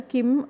Kim